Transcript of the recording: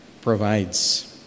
provides